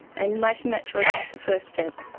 and making that choice is the first step.